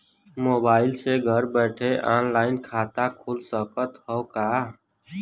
Mobile से घर बैठे ऑनलाइन खाता खुल सकत हव का?